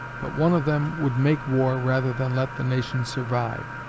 but one of them would make war rather than let the nation survive,